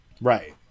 right